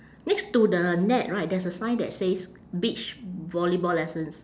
next to the net right there's a sign that says beach volleyball lessons